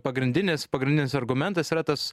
pagrindinis pagrindinis argumentas yra tas